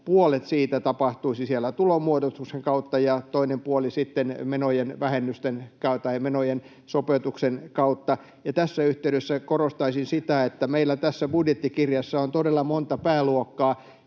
puolet siitä tapahtuisi tulonmuodostuksen kautta ja toinen puoli menojen sopeutuksen kautta. Tässä yhteydessä korostaisin sitä, että meillä tässä budjettikirjassa on todella monta pääluokkaa